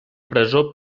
presó